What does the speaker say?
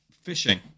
fishing